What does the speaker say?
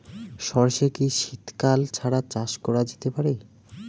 সর্ষে কি শীত কাল ছাড়া চাষ করা যেতে পারে?